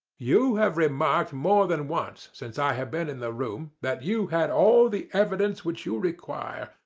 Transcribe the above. you have remarked more than once since i have been in the room that you had all the evidence which you require.